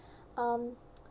um